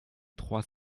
trois